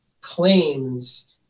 claims